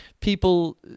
people